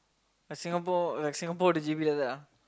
like Singapore like Singapore the J_B like that lah